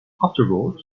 afterwards